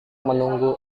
menunggu